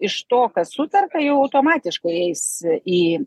iš to kas sutarta jau automatiškai eis į